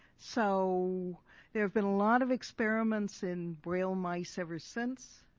so there have been a lot of experiments in braille mice ever since.